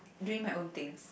doing my own things